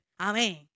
amen